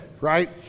right